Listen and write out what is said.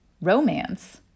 romance